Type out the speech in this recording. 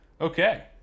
Okay